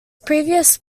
previous